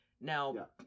Now